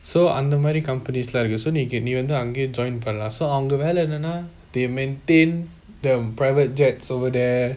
so அந்த மாதிரி:antha maathiri companies lah இருக்கு நீ அங்கயே:irukku nee angaiyae join பன்னலாம் அங்க வெலை என்ன:panalaam anga vellai yenna they maintain the private jets over there